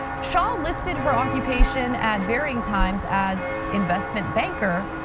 shah listed her occupation at varying times as investment banker,